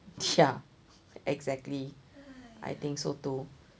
ya exactly I think so too